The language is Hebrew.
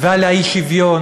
ועל האי-שוויון?